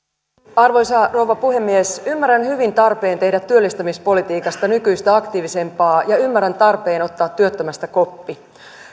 arvoisa rouva puhemies ymmärrän hyvin tarpeen tehdä työllistämispolitiikasta nykyistä aktiivisempaa ja ymmärrän tarpeen ottaa työttömästä koppi